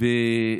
בנושא הזה.